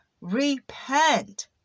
repent